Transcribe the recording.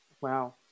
Wow